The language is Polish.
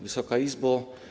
Wysoka Izbo!